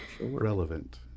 relevant